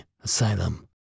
asylum